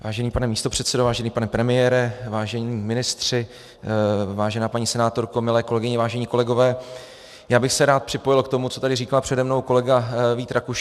Vážený pane místopředsedo, vážený pane premiére, vážení ministři, vážená paní senátorko, milé kolegyně, vážení kolegové, já bych se rád připojil k tomu, co tady říkal přede mnou kolega Vít Rakušan.